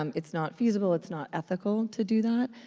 um it's not feasible. it's not ethical to do that,